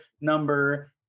number